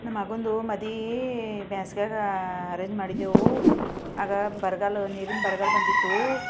ನಮ್ಮಗನದು ಮದುವೆ ಬ್ಯಾಸಿಗೆಗೆ ಅರೇಂಜ್ ಮಾಡಿದ್ದೆವು ಆಗ ಬರಗಾಲ ನೀರಿನ ಬರಗಾಲ ಬಂದಿತ್ತು